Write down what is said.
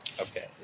Okay